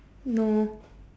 no